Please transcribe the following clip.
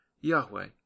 Yahweh